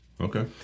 Okay